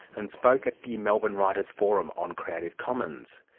and spoke at the melbourne writers' forum on creative commons.